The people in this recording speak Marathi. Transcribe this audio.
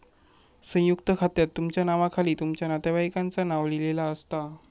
संयुक्त खात्यात तुमच्या नावाखाली तुमच्या नातेवाईकांचा नाव लिहिलेला असता